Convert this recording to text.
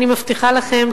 אני מבטיחה לכם,